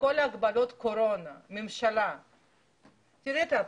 כל הגבלות הקורונה, תראי את האבסורד.